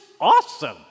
awesome